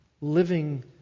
living